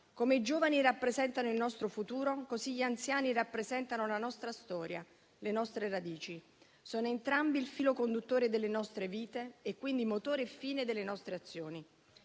Come i giovani rappresentano il nostro futuro, così gli anziani rappresentano la nostra storia, le nostre radici; sono entrambi il filo conduttore delle nostre vite e, quindi, motore e fine delle nostre azioni.